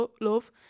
love